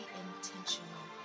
intentional